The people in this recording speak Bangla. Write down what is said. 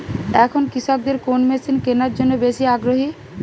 এখন কৃষকদের কোন মেশিন কেনার জন্য বেশি আগ্রহী?